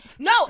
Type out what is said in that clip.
No